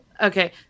Okay